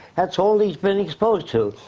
that's all he's been exposed to.